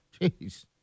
Jeez